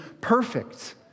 perfect